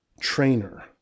trainer